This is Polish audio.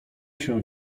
się